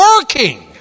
working